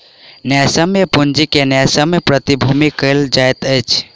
न्यायसम्य पूंजी के न्यायसम्य प्रतिभूति कहल जाइत अछि